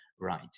right